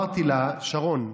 שרון.